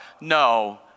no